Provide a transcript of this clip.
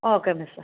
okay miss